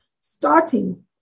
Starting